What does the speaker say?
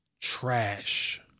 trash